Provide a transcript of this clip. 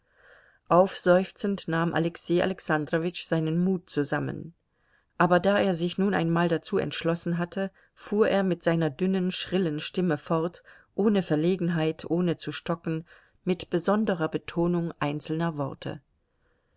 aufseufzend nahm alexei alexandrowitsch seinen mut zusammen aber da er sich nun einmal dazu entschlossen hatte fuhr er mit seiner dünnen schrillen stimme fort ohne verlegenheit ohne zu stocken mit besonderer betonung einzelner worte